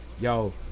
yo